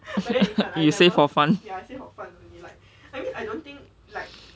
you say for fun